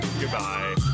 goodbye